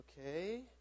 Okay